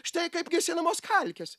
štai kaip gesinamos kalkės